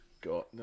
got